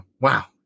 Wow